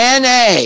NA